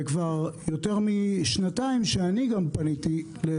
וכבר יותר משנתיים שאני גם פניתי גם